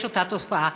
יש אותה תופעה.